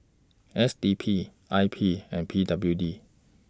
S D P I P and P W D